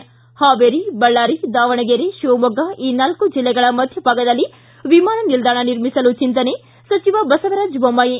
ಿತು ಹಾವೇರಿ ಬಳ್ಳಾರಿ ದಾವಣಗೆರೆ ಶಿವಮೊಗ್ಗ ಈ ನಾಲ್ಕೂ ಜಿಲ್ಲೆಗಳ ಮಧ್ಯಭಾಗದಲ್ಲಿ ವಿಮಾನ ನಿಲ್ದಾಣ ನಿರ್ಮಿಸಲು ಚಿಂತನೆ ಸಚಿವ ಬಸವರಾಜ ಬೊಮ್ಲಾಯಿ